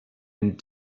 and